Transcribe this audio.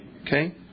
Okay